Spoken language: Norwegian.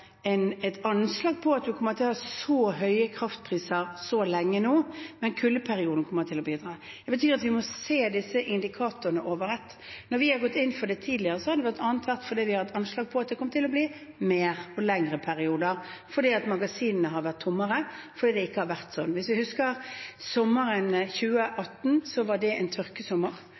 et anslag på at man kommer til å ha så høye kraftpriser så lenge nå, men kuldeperioden kommer til å bidra. Det betyr at vi må se disse indikatorene under ett. Når vi har gått inn for dette tidligere, har det bl.a. vært fordi vi har hatt anslag på at det kom til å bli flere og lengre perioder fordi magasinene har vært tommere, fordi det ikke har vært sånn. Hvis vi husker sommeren 2018, var det en tørkesommer.